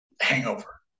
hangover